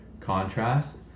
contrast